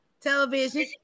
Television